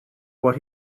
what